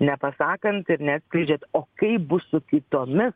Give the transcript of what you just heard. nepasakant ir neatskleidžiant o kaip bus su kitomis